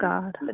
God